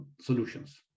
solutions